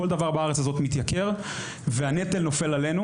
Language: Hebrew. כל דבר בארץ הזאת מתייקר והנטל נופל עלינו